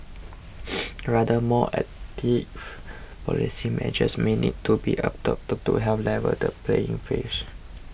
rather more active policy measures may need to be adopted to help level the playing fields